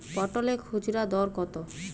পটলের খুচরা দর কত?